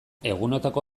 egunotako